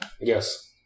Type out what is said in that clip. Yes